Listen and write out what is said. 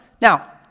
Now